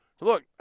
look